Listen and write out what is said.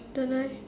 don't know eh